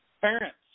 Parents